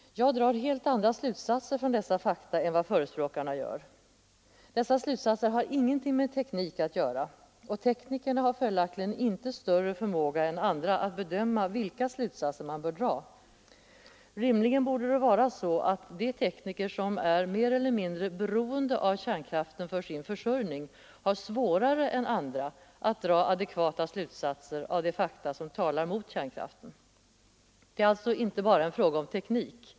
Jag drar helt andra slutsatser av dessa fakta än vad förespråkarna gör. Dessa slutsatser har ingenting med teknik att göra, och teknikerna har följaktligen inte större förmåga än andra att bedöma vilka slutsatser man bör dra. Rimligen borde det vara så att de tekniker som är mer eller mindre beroende av kärnkraften för sin försörjning har svårare än andra att dra adekvata slutsatser av de fakta som talar mot kärnkraften. Det är alltså inte bara en fråga om teknik.